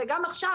וגם עכשיו,